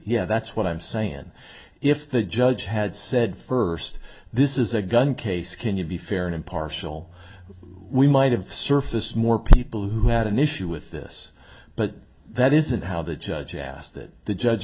yeah that's what i'm sayin if the judge had said first this is a gun case can you be fair and impartial we might have surface more people who had an issue with this but that isn't how the judge asked it the judge